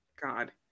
God